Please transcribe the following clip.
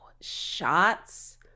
shots